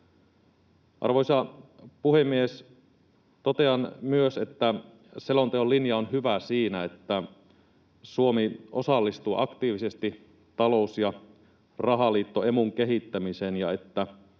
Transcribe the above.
Arvoisa puhemies! Totean myös, että selonteon linja on hyvä siinä, että Suomi osallistuu aktiivisesti talous- ja rahaliitto Emun kehittämiseen ja että